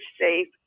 safe